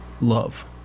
love